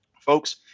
folks